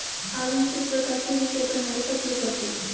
आज हम किस प्रकार की सिंचाई प्रणाली का उपयोग करते हैं?